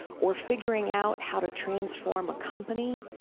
or figuring out how to transform a company